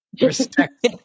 respect